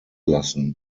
lassen